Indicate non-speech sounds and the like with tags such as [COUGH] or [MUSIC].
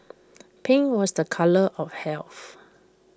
[NOISE] pink was the colour of health